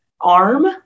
arm